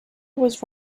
was